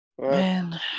Man